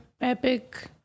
Epic